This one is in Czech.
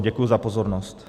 Děkuji za pozornost.